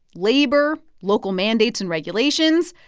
labor, local mandates and regulations,